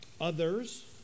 Others